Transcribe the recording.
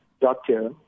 doctor